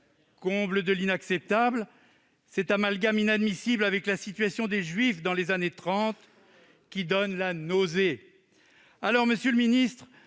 comble de l'inacceptable est cet amalgame inadmissible avec la situation des juifs dans les années trente, qui donne la nausée. Monsieur le ministre,